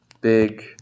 big